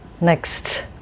next